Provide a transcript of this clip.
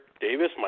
Davis